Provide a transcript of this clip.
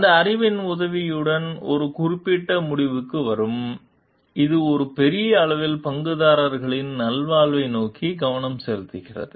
அந்த அறிவின் உதவியுடன் ஒரு குறிப்பிட்ட முடிவுக்கு வரும் இது பெரிய அளவில் பங்குதாரர்களின் நல்வாழ்வை நோக்கி கவனம் செலுத்துகிறது